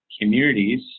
Communities